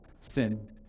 sin